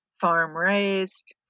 farm-raised